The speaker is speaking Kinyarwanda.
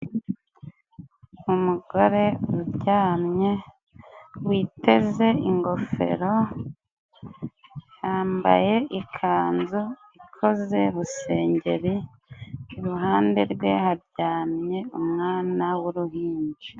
Umugore uryamye witeze ingofero, yambaye ikanzu ikoze busengeri. Iruhande rwe haryamye umwana w'uruhinja.